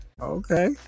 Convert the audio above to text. Okay